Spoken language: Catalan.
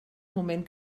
moment